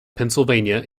pennsylvania